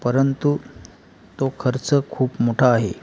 परंतु तो खर्च खूप मोठा आहे